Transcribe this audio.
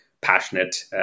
passionate